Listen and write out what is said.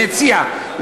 מציע,